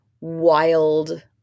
wild